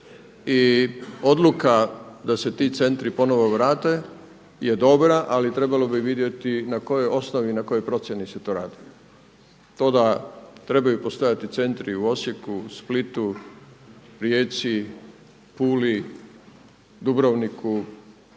I odluka da se ti centri ponovo vrate je dobra ali trebalo bi vidjeti na kojoj osnovi i na kojoj procjeni se to radi. To da trebaju postojati centri u Osijeku, Splitu, Rijeci, Puli, Dubrovniku,